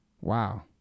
wow